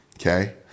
okay